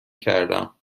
کردم